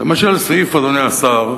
למשל סעיף, אדוני השר,